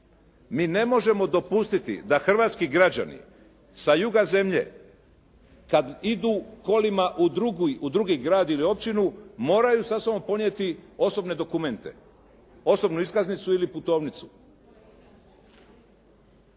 Mi ne možemo dopustiti da hrvatski građanin sa juga zemlje kad idu kolima u drugi grad ili općinu moraju sa sobom ponijeti osobne dokumente, osobnu iskaznicu ili putovnicu.